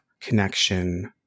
connection